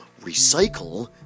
recycle